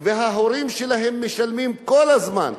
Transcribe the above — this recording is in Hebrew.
וההורים שלהם משלמים כל הזמן,